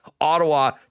Ottawa